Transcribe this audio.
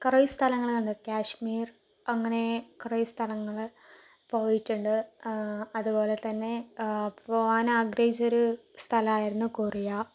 കുറെ സ്ഥലങ്ങള് കണ്ടു കാശ്മീർ അങ്ങനെ കുറെ സ്ഥലങ്ങള് പോയിട്ടുണ്ട് അതുപോലെ തന്നെ പോകാനാഗ്രഹിച്ചൊരു സ്ഥലമായിരുന്നു കൊറിയ